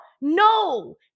No